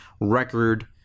record